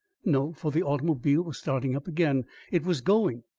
no, for the automobile was starting up again it was going.